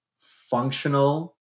functional